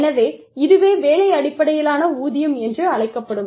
எனவே இதுவே வேலை அடிப்படையிலான ஊதியம் என்று அழைக்கப்படும்